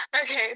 Okay